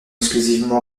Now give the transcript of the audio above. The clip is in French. exclusivement